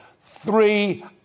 Three